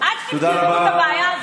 עד שתפתרו את הבעיה הזאת.